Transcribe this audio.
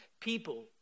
people